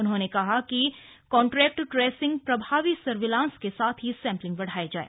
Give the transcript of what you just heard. उन्होंने कहा कि कान्टेक्ट ट्रेसिंग प्रभावी सर्विलांस के साथ ही सैम्पलिंग बढाई जाए